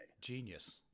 Genius